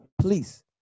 Please